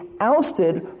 ousted